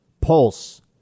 pulse